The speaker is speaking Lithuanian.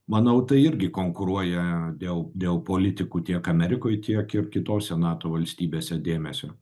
manau tai irgi konkuruoja dėl dėl politikų tiek amerikoj tiek ir kitose nato valstybėse dėmesio